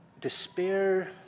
despair